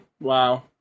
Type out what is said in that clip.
Wow